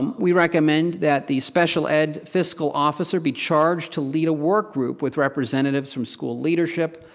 um we recommend that the special ed fiscal officer be charged to lead a work group with representatives from school leadership,